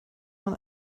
man